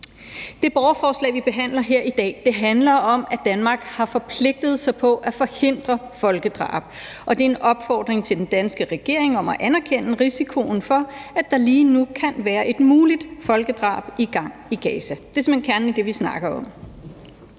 Det borgerforslag, vi behandler her i dag, handler om, at Danmark har forpligtet sig på at forhindre folkedrab, og det er en opfordring til den danske regering om at anerkende risikoen for, at der lige nu kan være et muligt folkedrab i gang i Gaza. Det er simpelt hen kernen af det, vi snakker om.